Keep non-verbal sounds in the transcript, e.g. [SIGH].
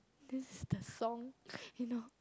this is the song [BREATH] you know